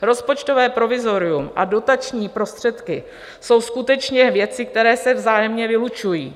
Rozpočtové provizorium a dotační prostředky jsou skutečně věci, které se vzájemně vylučují.